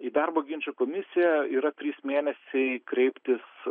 į darbo ginčų komisiją yra trys mėnesiai kreiptis